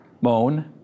moan